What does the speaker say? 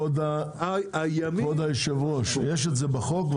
יש את זה בחוק.